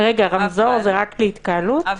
אבל